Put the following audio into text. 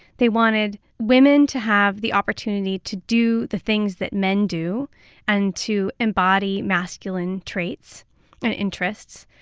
they wanted women to have the opportunity to do the things that men do and to embody masculine traits and interests.